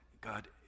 God